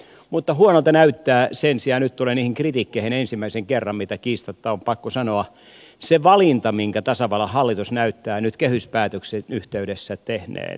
mutta huonolta näyttää sen sijaan ja nyt tulen ensimmäisen kerran niihin kritiikkeihin mitä kiistatta on pakko sanoa se valinta minkä tasavallan hallitus näyttää nyt kehyspäätöksen yhteydessä tehneen